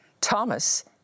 Thomas